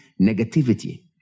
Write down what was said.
negativity